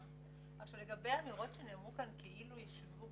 לגבי האמירות שנאמרו כאן כאילו גם